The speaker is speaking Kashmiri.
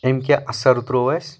أمۍ کیٛاہ اثر ترٛوو اسہِ